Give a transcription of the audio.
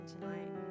tonight